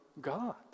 God